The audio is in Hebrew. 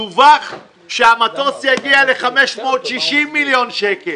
דווח שהמטוס יגיע ל-560 מיליון שקל.